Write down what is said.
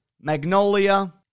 Magnolia